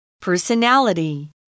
Personality